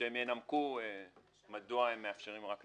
שינמקו מדוע מאפשרים רק לשנתיים.